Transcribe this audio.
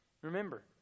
Remember